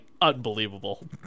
unbelievable